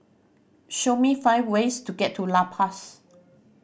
show me five ways to get to La Paz